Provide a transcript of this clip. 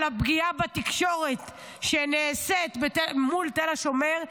על הפגיעה בתקשורת שנעשית מול תל השומר.